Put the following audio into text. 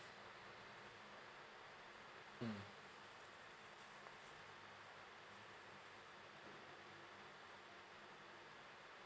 mm